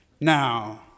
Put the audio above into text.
Now